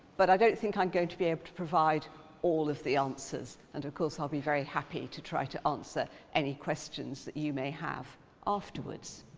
but i don't think i'm going to be able to provide all of the answers, and of course i'll be very happy to try to answer any questions that you may have afterwards.